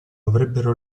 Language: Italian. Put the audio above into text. avrebbero